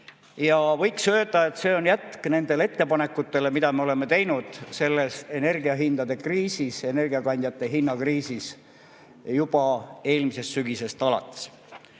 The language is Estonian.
Võiks öelda, et see on jätk nendele ettepanekutele, mida me oleme teinud selles energiahindade kriisis, energiakandjate hinnakriisis juba eelmisest sügisest alates.